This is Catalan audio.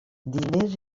diners